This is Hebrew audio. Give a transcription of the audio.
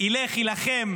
ילך ויילחם,